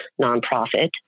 nonprofit